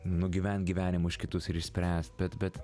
nugyvent gyvenimo už kitus ir išspręst bet bet